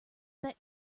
that